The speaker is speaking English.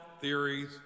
theories